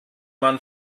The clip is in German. man